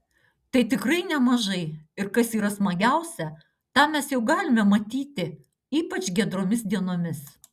tai tikrai nemažai ir kas yra smagiausia tą mes jau galime matyti ypač giedromis dienomis